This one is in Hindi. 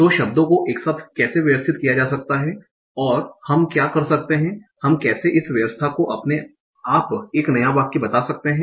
तो शब्दों को एक साथ कैसे व्यवस्थित किया जा सकता है और हम क्या कर सकते हैं हम कैसे इस व्यवस्था को अपने आप एक नया वाक्य बता सकते हैं